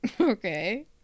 Okay